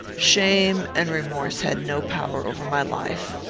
shame and remorse had no power over my life.